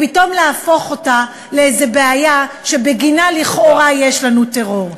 ופתאום להפוך אותה לאיזו בעיה שבגינה לכאורה יש לנו טרור.